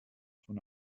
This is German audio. von